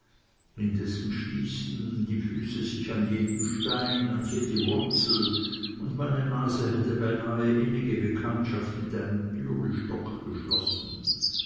indessen stießen die füße sich an jeden stein an jede wurzel und meine nase hätte beinahe eine innige bekanntschaft mit einem türlistock geschlossen